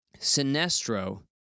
Sinestro